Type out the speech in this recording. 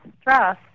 stress